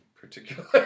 particularly